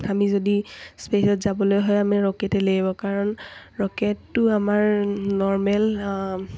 আমি যদি স্পেচত যাবলৈ হয় আমি ৰকেটে লাগিব কাৰণ ৰকেটটো আমাৰ নৰ্মেল